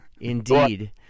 Indeed